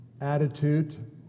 attitude